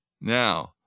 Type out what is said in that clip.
Now